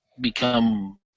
become